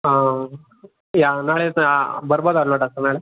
ಹಾಂ ಯಾ ನಾಳೆ ಸಾ ಬರಬೋದಲ್ವ ಡಾಕ್ಟರ್ ನಾಳೆ